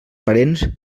parents